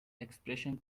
expression